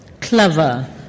clever